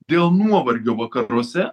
dėl nuovargio vakaruose